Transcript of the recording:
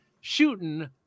shooting